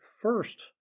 first